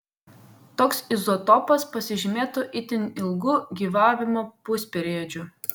toks izotopas pasižymėtų itin ilgu gyvavimo pusperiodžiu